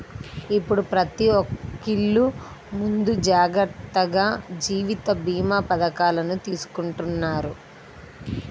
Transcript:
ఇప్పుడు ప్రతి ఒక్కల్లు ముందు జాగర్తగా జీవిత భీమా పథకాలను తీసుకుంటన్నారు